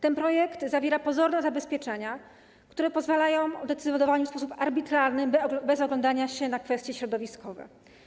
Ten projekt zawiera pozorne zabezpieczenia, które pozwalają na decydowanie w sposób arbitralny, bez oglądania się na kwestie środowiskowe.